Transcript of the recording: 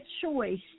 choice